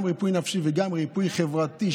גם ריפוי נפשי וגם ריפוי חברתי,